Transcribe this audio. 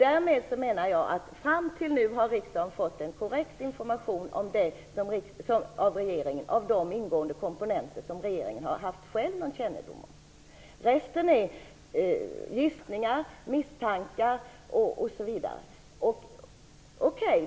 Jag menar därför att riksdagen fram till nu har fått en korrekt information från regeringen om de komponenter som regeringen själv har haft någon kännedom om. Resten är gissningar, misstankar osv.